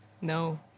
No